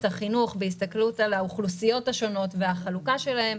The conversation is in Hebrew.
החינוך בהסתכלות על האוכלוסיות השונות והחלוקה שלהן,